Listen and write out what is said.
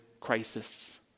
crisis